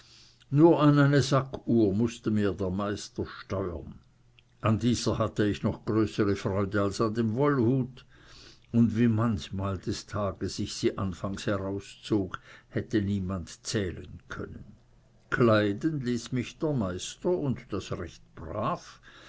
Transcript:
nur an eine sackuhr mußte mir der meister steuern an dieser hatte ich noch größere freude als an dem wollhut und wie manchmal des tages ich sie herauszog hätte niemand zählen können kleiden ließ mich der meister und das recht brav